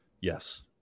yes